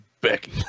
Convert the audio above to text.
Becky